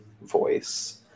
voice